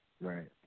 Right